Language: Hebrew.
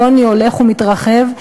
העוני הולך ומתרחב,